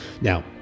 now